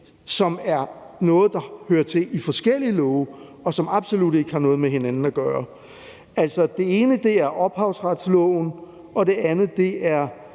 som er nogle ting, der hører til i nogle forskellige love, og som absolut ikke har noget med hinanden at gøre. Det ene er ophavsretsloven, og det andet er